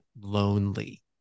lonely